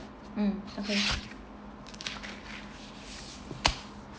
mm okay